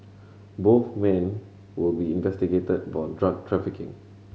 both men will be investigated for drug trafficking